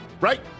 right